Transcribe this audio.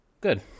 Good